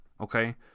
Okay